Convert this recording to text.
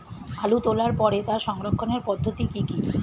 আলু তোলার পরে তার সংরক্ষণের পদ্ধতি কি কি?